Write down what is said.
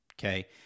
Okay